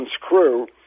crew